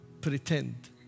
pretend